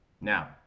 Now